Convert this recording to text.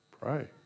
Pray